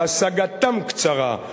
והשגתם קצרה,